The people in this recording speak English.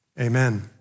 Amen